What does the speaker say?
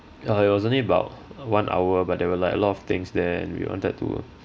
uh it was only about one hour but there were like a lot of things there and we wanted to